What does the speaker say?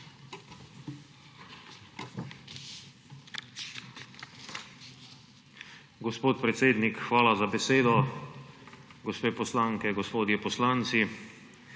Hvala.